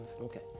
Okay